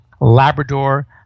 labrador